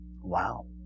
Wow